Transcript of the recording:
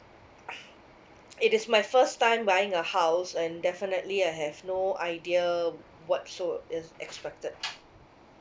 it is my first time buying a house and definitely I have no idea what so is expected